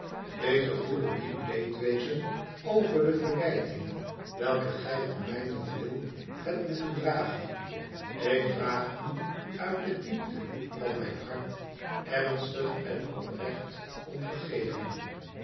ik gevoel een diep leedwezen over de verwijtingen welke gij om mijnentwil hebt moeten dragen ik vraag u uit de diepte van mijn hart ernstig en oprecht om vergeving